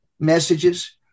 messages